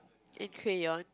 a crayon